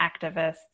activists